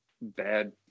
bad